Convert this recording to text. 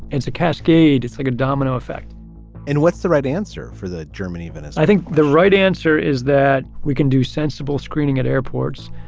it's a cascade. it's like a domino effect and what's the right answer for the german even? i think the right answer is that we can do sensible screening at airports.